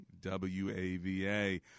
WAVA